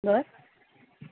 हॅो